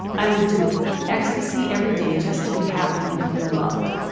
i would do ecstasy every day just to be happy and feel loved.